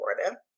Florida